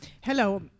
Hello